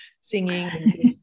singing